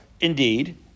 indeed